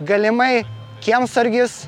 galimai kiemsargis